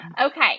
okay